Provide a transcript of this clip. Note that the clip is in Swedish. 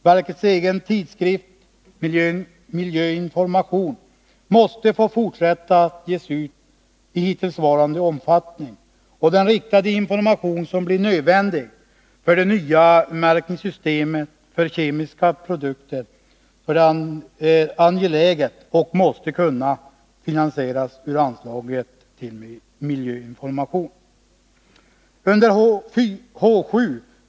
Verkets egen tidskrift, Miljöinformation, måste få fortsätta att ges ut i hittillsvarande omfattning, och även den riktade information som blir nödvändig för det nya märkningssystemet för kemiska produkter är angelägen och måste kunna finansieras ur anslaget till miljöinformation. Under anslaget H 7.